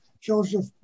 Joseph